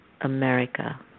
America